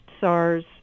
SARS